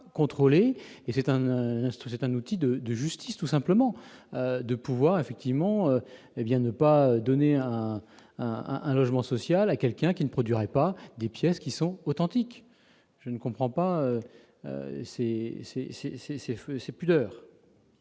C'est un outil de justice, tout simplement, que de ne pas donner un logement social à quelqu'un qui ne produirait pas des pièces authentiques. Je ne comprends pas ces pudeurs.